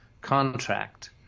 contract